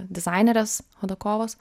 dizainerės hodakovos